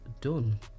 done